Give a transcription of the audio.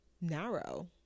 narrow